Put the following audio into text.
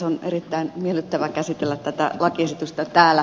on erittäin miellyttävä käsitellä tätä lakiesitystä täällä